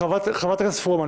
חברת הכנסת פרומן,